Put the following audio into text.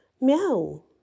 Meow